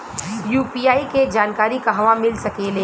UPI के जानकारी कहवा मिल सकेले?